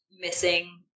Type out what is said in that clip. missing